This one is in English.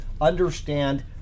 understand